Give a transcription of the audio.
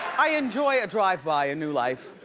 i enjoy a drive by in new life.